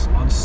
on